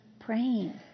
praying